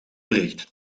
bericht